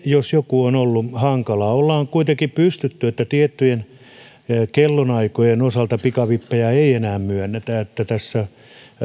jos joku on ollut hankalaa ollaan kuitenkin pystytty siihen että tiettyjen kellonaikojen osalta pikavippejä ei ei enää myönnetä tässä